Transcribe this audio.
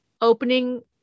opening